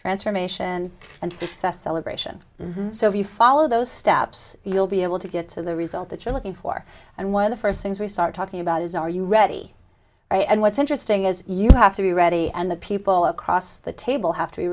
transformation and theft celebration so if you follow those steps you'll be able to get to the result that you're looking for and one of the first things we start talking about is are you ready and what's interesting is you have to be ready and the people across the table have to be